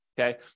okay